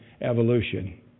evolution